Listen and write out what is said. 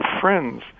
friends